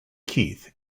keith